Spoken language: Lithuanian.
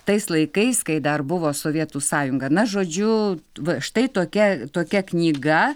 tais laikais kai dar buvo sovietų sąjunga na žodžiu va štai tokia tokia knyga